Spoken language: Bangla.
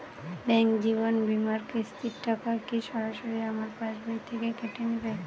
ব্যাঙ্ক জীবন বিমার কিস্তির টাকা কি সরাসরি আমার পাশ বই থেকে কেটে নিবে?